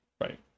right